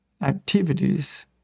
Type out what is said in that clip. activities